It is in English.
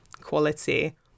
quality